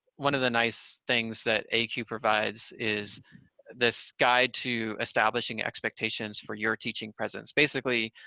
one of the nice things that acue provides is this guide to establishing expectations for your teaching presence. basically,